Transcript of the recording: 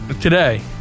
Today